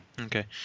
Okay